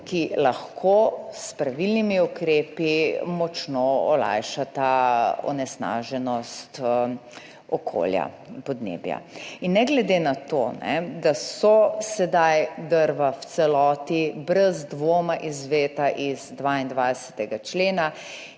ki lahko s pravilnimi ukrepi močno olajšata onesnaženost okolja in podnebja. Ne glede na to, da so sedaj drva v celoti, brez dvoma izvzeta iz 22. člena,